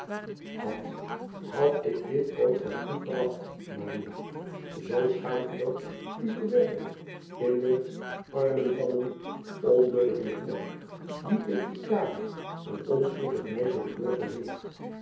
ad had ik dit ooit van u verwacht oo schaamteloos u driaan oosjes zn et leven van aurits ijnslager te werpen in de armen van een ondeugeden knaap die in talie een onschuldig meisje bedorven heeft